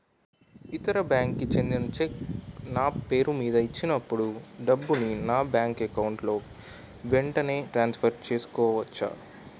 ఇతర బ్యాంక్ కి చెందిన చెక్ నా పేరుమీద ఇచ్చినప్పుడు డబ్బుని నా బ్యాంక్ అకౌంట్ లోక్ వెంటనే ట్రాన్సఫర్ చేసుకోవచ్చా?